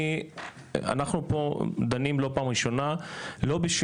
אנחנו פה דנים לא פעם ראשונה לא כדי